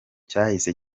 cyahise